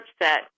upset